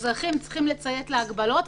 ולהתחיל את הדיון בחלק המקצועי שלו?